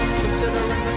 considering